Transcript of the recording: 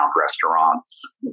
restaurants